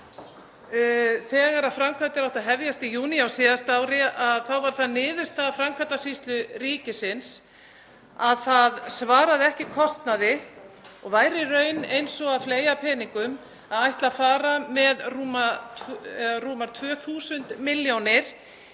Þegar framkvæmdir áttu að hefjast í júní á síðasta ári var það niðurstaða Framkvæmdasýslu ríkisins að það svaraði ekki kostnaði og væri í raun eins og að fleygja peningum að ætla að fara með rúmar 2.000 milljónir